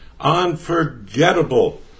Unforgettable